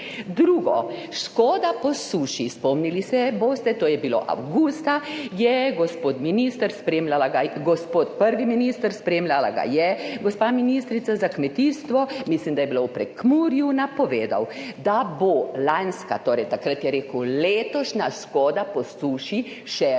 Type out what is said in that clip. Drugič, škoda po suši. Spomnili se boste, to je bilo avgusta, gospod prvi minister, spremljala ga je gospa ministrica za kmetijstvo, mislim, da je bilo v Prekmurju, je napovedal, da bo lanska, torej takrat je rekel, letošnja škoda po suši bo izplačana